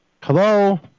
Hello